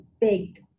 big